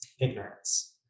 Ignorance